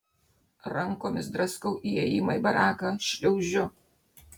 rankomis draskau įėjimą į baraką šliaužiu